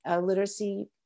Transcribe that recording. literacy